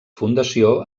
fundació